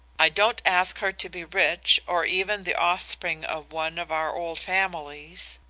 i don't ask her to be rich or even the offspring of one of our old families.